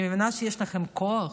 אני מבינה שיש לכם כוח.